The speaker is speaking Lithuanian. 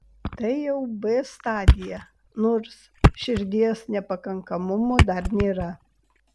tai jau b stadija nors širdies nepakankamumo dar nėra